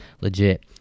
legit